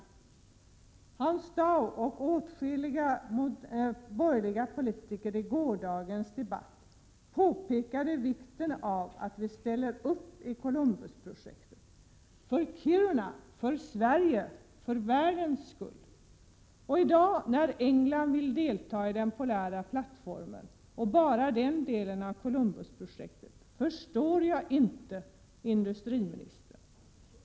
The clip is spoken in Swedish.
Hans Dau och åtskilliga borgerliga politiker påpekade i gårdagens debatt vikten av att vi ställer upp i Columbusprojektet — för Kirunas, för Sveriges och för världens skull. Jag förstår inte industriministern när i dag England vill delta i den polära plattformen och bara den delen av Columbusprojektet.